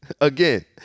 again